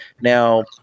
Now